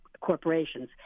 corporations